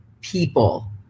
people